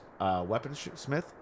weaponsmith